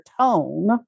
tone